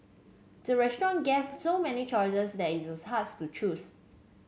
the restaurant gave so many choices that it harsh to choose